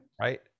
right